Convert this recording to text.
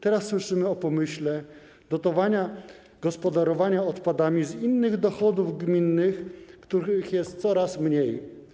Teraz słyszymy o pomyśle dotowania gospodarowania z innych dochodów gminy, których jest coraz mniej.